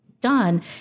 Done